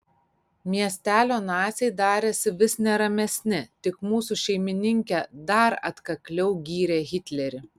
miestelio naciai darėsi vis neramesni tik mūsų šeimininkė dar atkakliau gyrė hitlerį